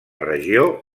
regió